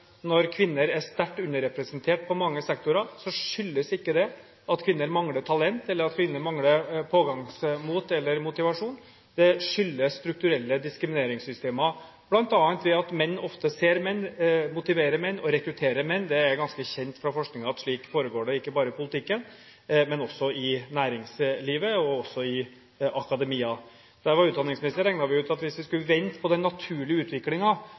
kvinner er sterkt underrepresentert i mange sektorer, ikke skyldes at kvinner mangler talent, pågangsmot eller motivasjon. Det skyldes strukturelle diskrimineringssystemer, bl.a. ved at menn ofte ser menn, motiverer menn og rekrutterer menn. Det er ganske kjent fra forskningen at det foregår slik, ikke bare i politikken, men også i næringslivet og i akademia. Da jeg var utdanningsminister, regnet vi ut at hvis vi skulle vente på den naturlige